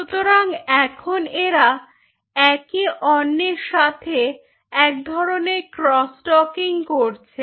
সুতরাং এখন এরা একে অন্যের সাথে এক ধরনের ক্রস টকিং করছে